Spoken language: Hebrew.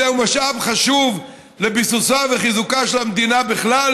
זה משאב חשוב לביסוסה וחיזוקה של המדינה בכלל